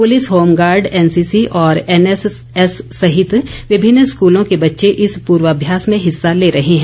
police home guard NCC और NSS सहित विभिन्न स्कूलों के बच्चे इस पूर्वाभ्यास में हिस्सा ले रहे हैं